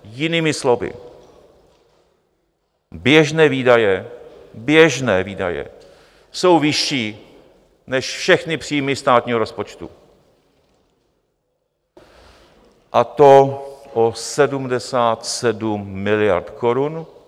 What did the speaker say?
Jinými slovy běžné výdaje běžné výdaje jsou vyšší než všechny příjmy státního rozpočtu, a to o 77 miliard korun.